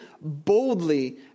boldly